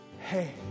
hey